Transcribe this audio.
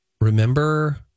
Remember